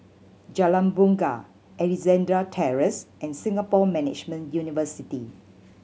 Jalan Bungar Alexandra Terrace and Singapore Management University